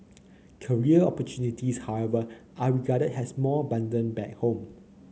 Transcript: career opportunities however are regarded as more abundant back home